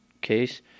case